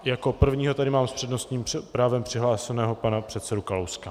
Jako prvního tady mám s přednostním právem přihlášeného pana předsedu Kalouska.